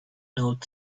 not